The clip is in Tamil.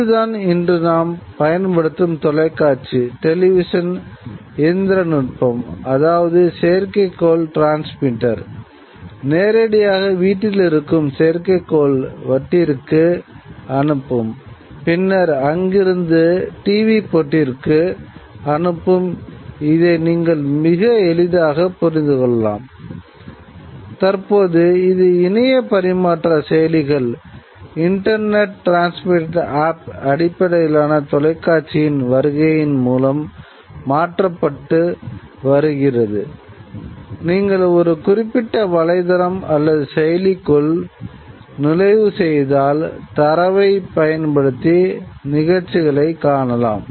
இதுதான் இன்று நாம் பயன்படுத்தும் தொலைக்காட்சி பயன்படுத்தி நிகழ்ச்சிகளை காணலாம்